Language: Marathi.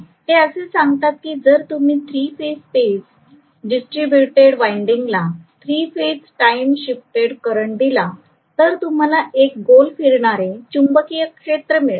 ते असे सांगतात की जर तुम्ही थ्री फेज स्पेस डिस्ट्रीब्यूटेड वाइंडिंगला three phase time shifted current दिला तर तुम्हाला एक गोल फिरणारे चुंबकीय क्षेत्र मिळेल